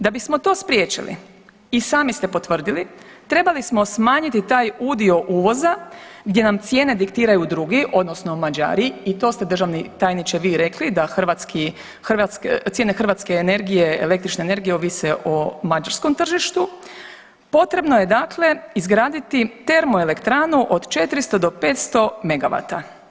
Da bismo to spriječili i sami ste potvrdili, trebali smo smanjiti taj udio uvoza gdje nam cijene diktiraju drugi odnosno Mađari i to ste državni tajniče vi rekli da hrvatski, cijene hrvatske energije, električne energije ovise o mađarskom tržištu, potrebno je dakle izgraditi termoelektranu od 400 do 500 megavata.